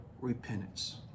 repentance